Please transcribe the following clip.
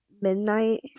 midnight